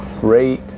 great